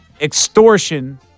extortion